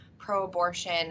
pro-abortion